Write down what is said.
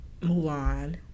mulan